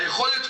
היכולת,